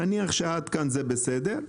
נניח שעד כאן זה בסדר.